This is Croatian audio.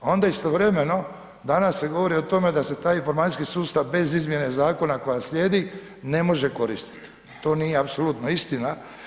Onda istovremeno danas se govori o tome da se taj informacijski sustav bez izmjene zakona koja slijedi, ne može koristiti, to nije apsolutna istina.